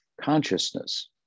consciousness